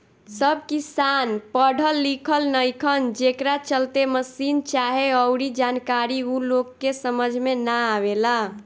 सब किसान पढ़ल लिखल नईखन, जेकरा चलते मसीन चाहे अऊरी जानकारी ऊ लोग के समझ में ना आवेला